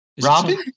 Robin